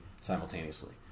simultaneously